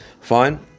Fine